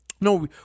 No